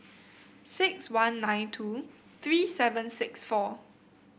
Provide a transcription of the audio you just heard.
six one nine two three seven six four